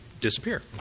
disappear